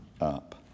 up